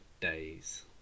days